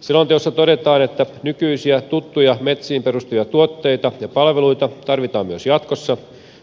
selonteossa todetaan että nykyisiä tuttuja metsiin perustuvia tuotteita ja palveluita tarvitaan myös jatkossa